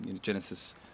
Genesis